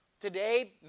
today